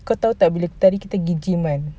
kau tahu tak bila itu hari kita pergi gym kan